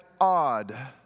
odd